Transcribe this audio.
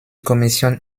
kommission